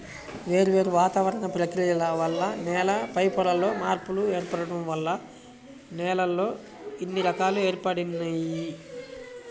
వేర్వేరు వాతావరణ ప్రక్రియల వల్ల నేల పైపొరల్లో మార్పులు ఏర్పడటం వల్ల నేలల్లో ఇన్ని రకాలు ఏర్పడినియ్యి